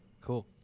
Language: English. cool